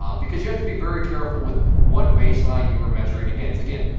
um because you have to be very careful with what baseline you are measuring against. again,